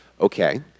Okay